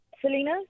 Selena